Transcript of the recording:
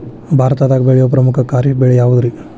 ಭಾರತದಾಗ ಬೆಳೆಯೋ ಪ್ರಮುಖ ಖಾರಿಫ್ ಬೆಳೆ ಯಾವುದ್ರೇ?